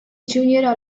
junior